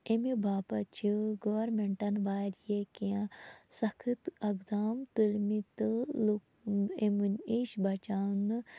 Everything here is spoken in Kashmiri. امہِ باپَتھ چھِ گورمِنٹَن واریاہ کینٛہہ سخت اقدام تُلۍ مٕتۍ تہٕ لُکھ یِمَن نِش بَچاونہٕ